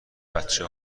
بچه